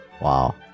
Wow